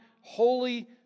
Holy